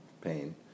pain